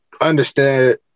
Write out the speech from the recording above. understand